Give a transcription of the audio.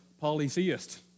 polytheist